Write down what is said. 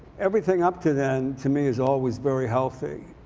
everything up to then, to me, is always very healthy.